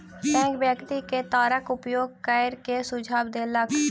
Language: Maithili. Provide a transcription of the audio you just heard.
बैंक व्यक्ति के तारक उपयोग करै के सुझाव देलक